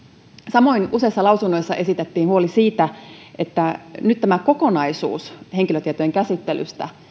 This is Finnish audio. samoin useissa lausunnoissa esitettiin huoli siitä että nyt tämä kokonaisuus henkilötietojen käsittelystä